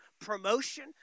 promotion